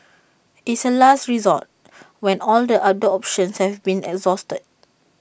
it's A last resort when all other options have been exhausted